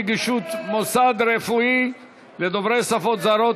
נגישות מוסד רפואי לדוברי שפות זרות),